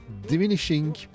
diminishing